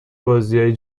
بازیای